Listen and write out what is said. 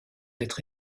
être